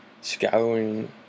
scouring